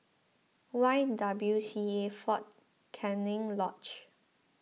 Y W C A fort Canning Lodge